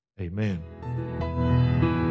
amen